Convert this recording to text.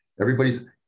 everybody's